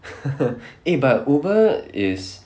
eh but Uber is